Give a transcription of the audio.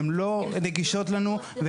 הן לא נגישות לנו.